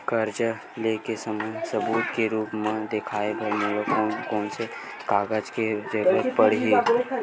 कर्जा ले के समय सबूत के रूप मा देखाय बर मोला कोन कोन से कागज के जरुरत पड़ही?